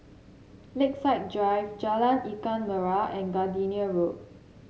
Lakeside Drive Jalan Ikan Merah and Gardenia Road